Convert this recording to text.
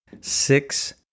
Six